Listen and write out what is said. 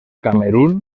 camerun